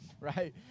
right